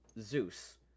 Zeus